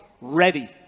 ready